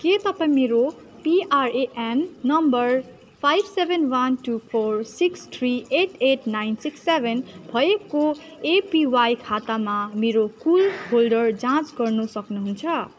के तपाईँँ मेरो PRN number five seven one two four six three eight eight nine six seven भएको APY खातामा मेरो कुल होल्डर जाँच गर्न सक्नु हुन्छ